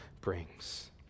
brings